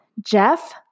Jeff